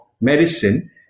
medicine